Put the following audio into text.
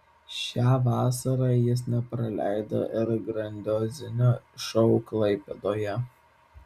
šią vasarą jis nepraleido ir grandiozinio šou klaipėdoje